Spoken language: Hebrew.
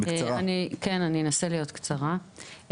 אני אנסה להיות קצרה,